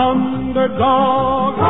Underdog